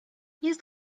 jest